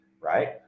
right